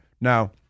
Now